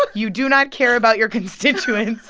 like you do not care about your constituents.